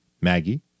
Maggie